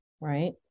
right